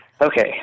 okay